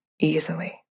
easily